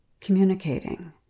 communicating